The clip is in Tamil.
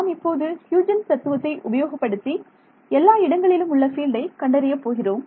நாம் இப்போது ஹ்யூஜென்ஸ் தத்துவத்தை உபயோகப்படுத்தி எல்லா இடங்களிலும் உள்ள ஃபீல்டை கண்டறிய போகிறோம்